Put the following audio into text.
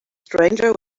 stranger